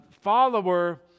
follower